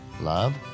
love